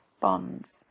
bonds